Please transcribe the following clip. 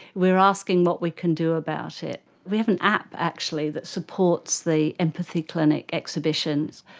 we are asking what we can do about it. we have an app actually that supports the empathy clinic exhibitions,